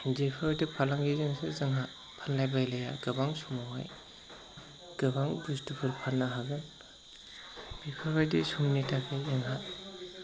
बेफोरबादि फालांगिजोंसो जोंहा फानलाय बायलाया गोबां समावहाय गोबां बुस्थुफोर फाननोहागोन बेफोरबायदि समनि थाखाय जोंहा